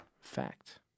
Fact